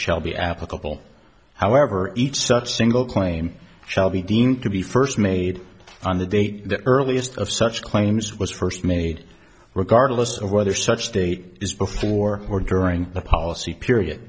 be applicable however each such single claim shall be deemed to be first made on the date the earliest of such claims was first made regardless of whether such date is before or during the policy period